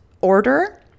order